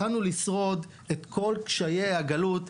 יכולנו לשרוד את כל קשיי הגלות,